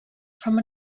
from